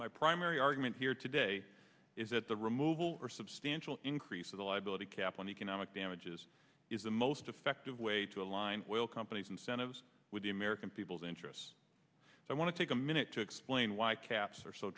my primary argument here today is that the removal or substantial increase of the liability cap on economic damages is the most effective way to align oil companies incentives with the american people's interests so i want to take a minute to explain why caps are so